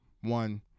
One